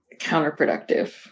counterproductive